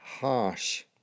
harsh